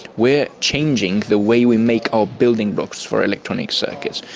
we are changing the way we make our building blocks for electronic circuits.